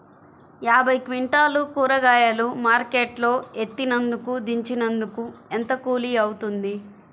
యాభై క్వింటాలు కూరగాయలు మార్కెట్ లో ఎత్తినందుకు, దించినందుకు ఏంత కూలి అవుతుంది?